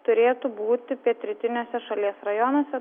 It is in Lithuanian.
turėtų būti pietrytiniuose šalies rajonuose